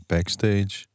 Backstage